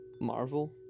Marvel